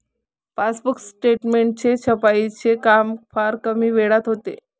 passbook statement छपाईचे काम फार कमी वेळात होते